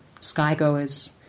skygoers